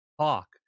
talk